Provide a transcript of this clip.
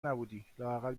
نبودی٬لااقل